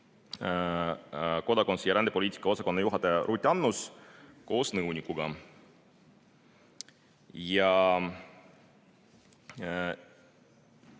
kodakondsus- ja rändepoliitika osakonna juhataja Ruth Annus koos nõunikuga.